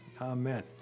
Amen